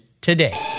today